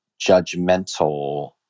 judgmental